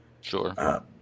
Sure